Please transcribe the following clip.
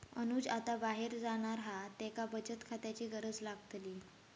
अनुज आता बाहेर जाणार हा त्येका बचत खात्याची गरज लागतली